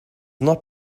not